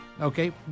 okay